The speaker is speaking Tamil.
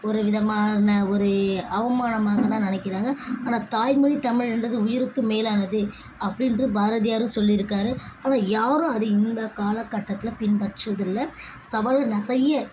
ஒரு விதமான ஒரு அவமானமாக தான் நினைக்கிறாங்க ஆனால் தாய்மொழி தமிழ்ன்றது உயிருக்கும் மேலானது அப்படி என்று பாரதியாரும் சொல்லியிருக்காரு ஆனால் யாரும் அதை இந்த காலகட்டத்தில் பின்பற்றுவதில்ல சவால் நிறைய